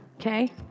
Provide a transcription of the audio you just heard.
okay